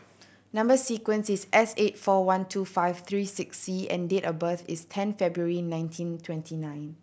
number sequence is S eight four one two five three six C and date of birth is ten February nineteen twenty nine